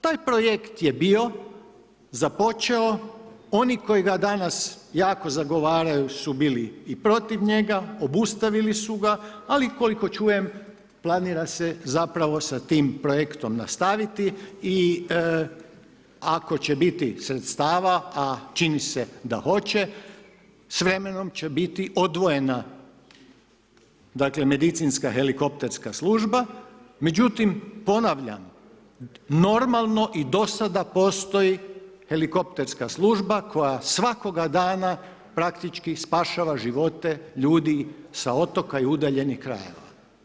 Taj projekt je bio započeo, oni koji ga danas jako zagovaraju su bili i protiv njega, obustavili su ga, ali koliko čujem, planira se zapravo s tim projektom nastaviti i ako će biti sredstava a čini se da hoće s vremenom će biti odvojena medicinska helikopterska služba, međutim, ponavljam, normalno i do sada postoji helikopterska služba koja svakoga dana praktički spašava živote ljudi s otoka i udaljenih krajeva.